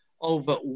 over